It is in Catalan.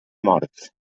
mort